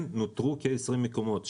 אכן נותרו כ-20 מקומות,